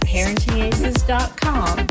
ParentingAces.com